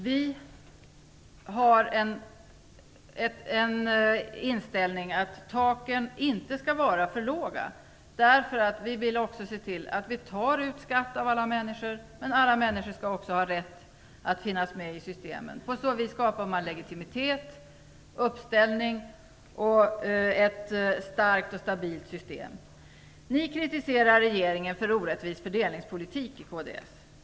Fru talman! Vi har den inställningen att taken inte skall vara för låga. Vi vill också se till att vi tar ut skatt av alla människor, men alla människor skall också ha rätt att finnas med i systemen. På så vis skapar man legitimitet, uppställning och ett starkt och stabilt system. Ni i kds kritiserar regeringen för en orättvis fördelningspolitik.